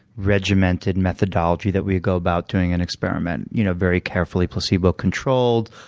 regimented methodology that we go about doing an experiment. you know, very carefully, placebo-controlled,